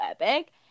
epic